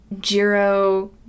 Jiro